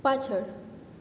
પાછળ